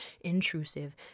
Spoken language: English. intrusive